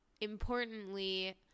importantly